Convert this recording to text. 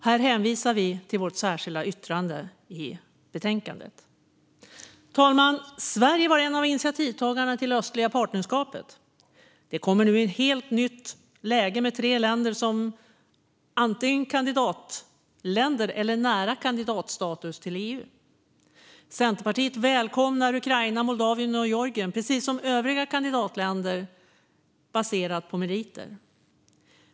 Här hänvisar jag till vårt särskilda yttrande i betänkandet. Fru talman! Sverige var en av initiativtagarna till det östliga partnerskapet. Det kommer nu i ett helt nytt läge med tre länder som antingen är kandidatländer eller har nära kandidatstatus till EU. Centerpartiet välkomnar Ukraina, Moldavien och Georgien precis som övriga kandidatländer baserat på meriter.